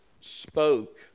spoke